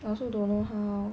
I also don't know how